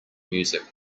music